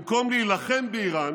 במקום להילחם באיראן